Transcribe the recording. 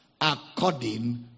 according